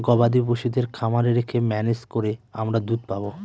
গবাদি পশুদের খামারে রেখে ম্যানেজ করে আমরা দুধ পাবো